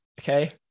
okay